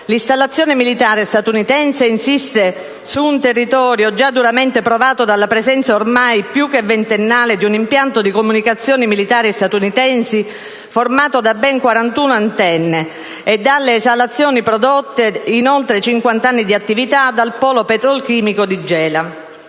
L'installazione militare statunitense insiste su un territorio già duramente provato dalla presenza ormai più che ventennale di un impianto di comunicazioni militare statunitense formato da ben 41 antenne e dalle esalazioni prodotte in oltre cinquant'anni di attività dal polo petrolchimico di Gela.